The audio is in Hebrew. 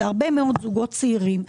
זה הרבה מאוד זוגות צעירים.